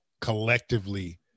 collectively